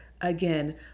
again